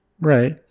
Right